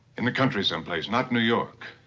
in the country someplace, not new york.